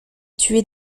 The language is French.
tués